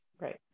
Right